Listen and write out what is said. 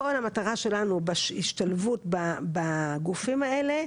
כל המטרה שלנו בהשתלבות בגופים האלו,